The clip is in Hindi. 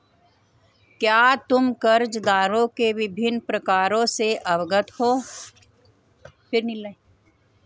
क्या तुम कर्जदारों के विभिन्न प्रकारों से अवगत हो?